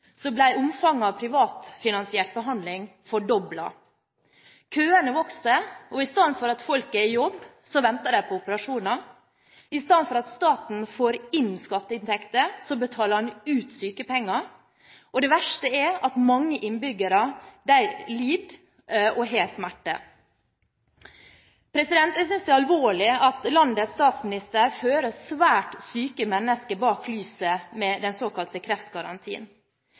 så venter de på operasjoner, og i stedet for at staten får inn skatteinntekter, så betaler den ut sykepenger. Og det verste er at mange innbyggere lider og har smerter. Jeg synes det er alvorlig at landets statsminister fører svært syke mennesker bak lyset med den såkalte kreftgarantien.